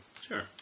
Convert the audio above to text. Sure